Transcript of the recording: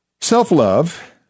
Self-love